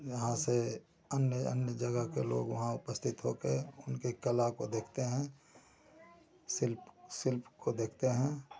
यहाँ से अन्य अन्य जगह के लोग वहाँ उपस्थित हो के उनके कला को देखते हैं शिल्प शिल्प को देखते हैं